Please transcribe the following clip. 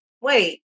wait